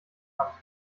bekannt